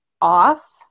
off